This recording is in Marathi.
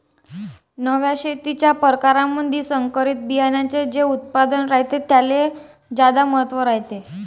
नव्या शेतीच्या परकारामंधी संकरित बियान्याचे जे उत्पादन रायते त्याले ज्यादा महत्त्व रायते